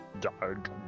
Dark